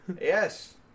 Yes